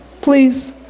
please